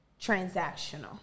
transactional